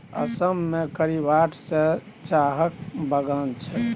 असम मे करीब आठ सय चाहक बगान छै